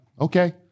Okay